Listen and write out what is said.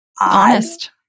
honest